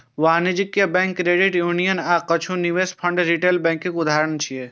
वाणिज्यिक bank, credit union आ किछु निवेश फंड रिटेल बैंकक उदाहरण छियै